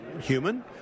Human